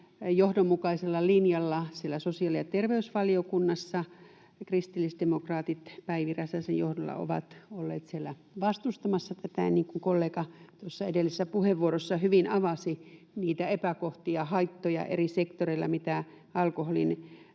johdonmukaisella linjalla siellä sosiaali- ja terveysvaliokunnassa kristillisdemokraatit Päivi Räsäsen johdolla ovat olleet vastustamassa tätä ja, niin kuin kollega tuossa edellisessä puheenvuorossa hyvin avasi, niitä epäkohtia, haittoja eri sektoreilla, mitä alkoholin